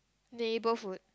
neighbourhood